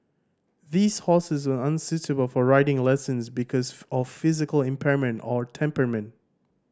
these horses were unsuitable for riding lessons because of physical impairment or temperament